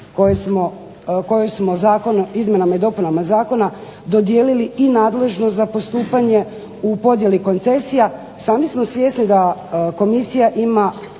Zakonom o izmjenama i dopunama Zakona dodijelili nadležnost za postupanje u podijeli koncesija, sami smo svjesni da Komisija ima